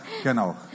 genau